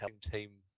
team